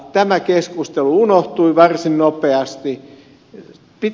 tämä keskustelu unohtui varsin nopeasti